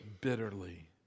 bitterly